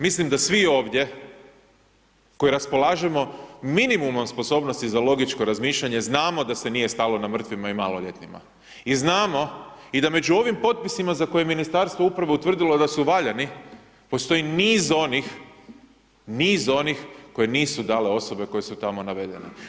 Mislim da svi ovdje koji raspolažemo minimumom sposobnosti za logičko razmišljanje znamo da se nije stalo na mrtvima i maloljetnima i znamo i da među ovim potpisima za koje je Ministarstvo uprave utvrdilo da su valjani, postoji niz onih, niz onih koje nisu dale osobe koje su tamo navedene.